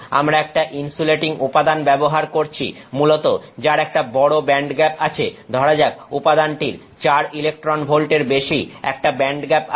আমরা একটা ইনসুলেটিং উপাদান ব্যবহার করছি মূলত যার একটা বড় ব্যান্ডগ্যাপ আছে ধরা যাক উপাদানটির 4 ইলেকট্রন ভোল্টের বেশি একটা ব্যান্ডগ্যাপ আছে